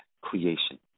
creation